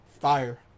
Fire